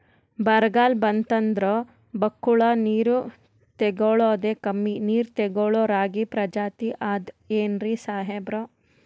ಬರ್ಗಾಲ್ ಬಂತಂದ್ರ ಬಕ್ಕುಳ ನೀರ್ ತೆಗಳೋದೆ, ಕಮ್ಮಿ ನೀರ್ ತೆಗಳೋ ರಾಗಿ ಪ್ರಜಾತಿ ಆದ್ ಏನ್ರಿ ಸಾಹೇಬ್ರ?